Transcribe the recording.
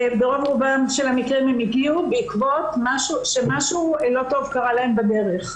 ברוב רובם של המקרים הם הגיעו בעקבות משהו לא טוב שקרה להם בדרך.